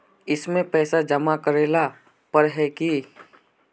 इसमें पैसा जमा करेला पर है की?